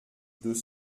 deux